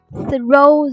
throw